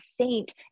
saint